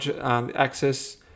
access